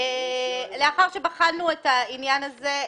לאחר שבחנו את העניין הזה,